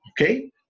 Okay